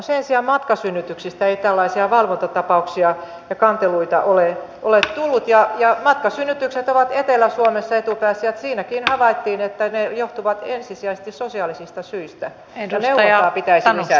sen sijaan matkasynnytyksistä ei tällaisia valvontatapauksia ja kanteluita ole tullut ja matkasynnytykset ovat etelä suomessa etupäässä ja siinäkin havaittiin että ne johtuvat ensisijaisesti sosiaalisista syistä eli neuvontaa pitäisi lisätä